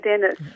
Dennis